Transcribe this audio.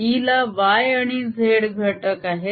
E ला y आणि z घटक आहेत